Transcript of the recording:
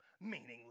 meaningless